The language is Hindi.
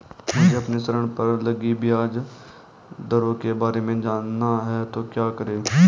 मुझे अपने ऋण पर लगी ब्याज दरों के बारे में जानना है तो क्या करें?